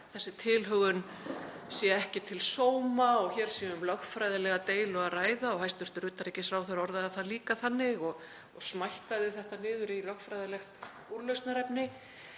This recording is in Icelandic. þessi tilhögun sé ekki til sóma og hér sé um lögfræðilega deilu að ræða. Hæstv. utanríkisráðherra orðaði það líka þannig og smættaði þetta niður í lögfræðilegt úrlausnarefni.